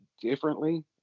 differently